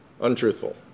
untruthful